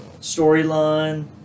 storyline